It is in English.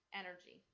energy